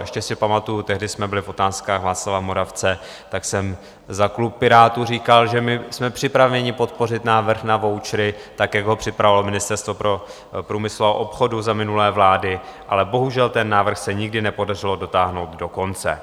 Ještě si pamatuji, tehdy jsme byli v Otázkách Václava Moravce a já jsem za klub Pirátů říkal, že jsme připraveni podpořit návrh na vouchery tak, jak ho připravovalo Ministerstvo průmyslu a obchodu za minulé vlády, ale bohužel ten návrh se nikdy nepodařilo dotáhnout do konce.